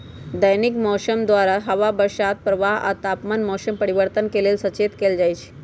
दैनिक मौसम द्वारा हवा बसात प्रवाह आ तापमान मौसम परिवर्तन के लेल सचेत कएल जाइत हइ